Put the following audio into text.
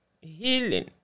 Healing